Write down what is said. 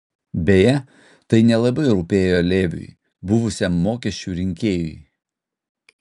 beje tai nelabai rūpėjo leviui buvusiam mokesčių rinkėjui